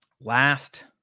Last